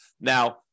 Now